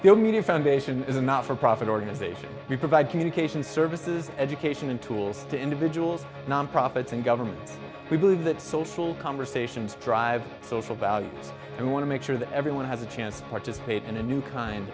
no media foundation is a not for profit organization we provide communication services education and tools to individual non profits and government we believe that social conversations drive social values who want to make sure that everyone has a chance participate in a new kind